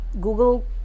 Google